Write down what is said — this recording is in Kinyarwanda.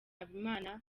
habimana